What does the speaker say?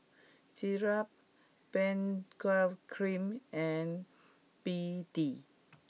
Ezerra Benzac cream and B D